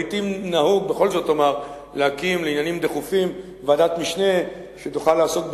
לעתים נהוג להקים לעניינים דחופים ועדת משנה שתוכל לעסוק בעניין.